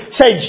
say